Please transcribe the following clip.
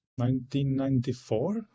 1994